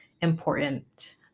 important